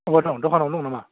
बबाव दं दखानावनो दं नामा